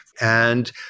And-